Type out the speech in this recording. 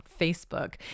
Facebook